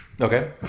Okay